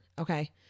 Okay